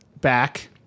back